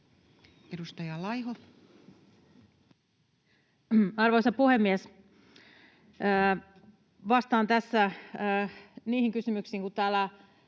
Content: Arvoisa puhemies! Vastaan tässä niihin kysymyksiin, että kun täällä